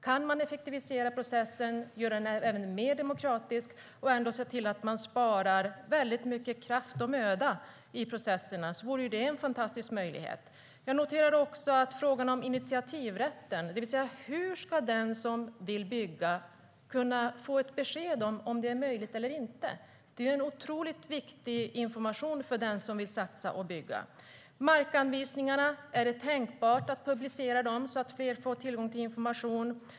Kan man effektivisera processen, göra den mer demokratisk och ändå se till att man sparar väldigt mycket kraft och möda i processerna vore det ju en fantastisk möjlighet. Jag noterade också frågan om initiativrätten, det vill säga frågan om hur den som vill bygga ska kunna få ett besked om det är möjligt eller inte. Det är ju en otroligt viktig information för den som vill satsa och bygga. När det gäller markanvisningarna, är det tänkbart att publicera dem så att fler får tillgång till information?